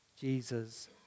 Jesus